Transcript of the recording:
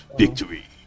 victory